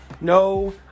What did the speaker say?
no